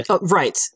Right